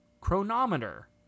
chronometer